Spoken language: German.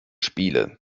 spiele